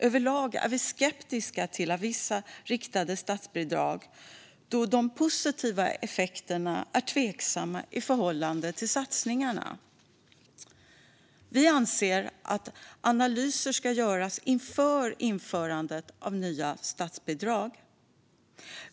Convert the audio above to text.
Överlag är vi skeptiska till vissa riktade statsbidrag, då de positiva effekterna är tveksamma i förhållande till satsningarna. Vi anser att analyser ska göras inför införandet av nya riktade statsbidrag.